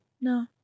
No